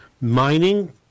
Mining